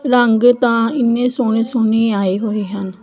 ਰੰਗ ਤਾਂ ਇੰਨੇ ਸੋਹਣੇ ਸੋਹਣੇ ਆਏ ਹੋਏ ਹਨ